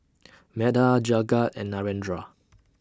Medha Jagat and Narendra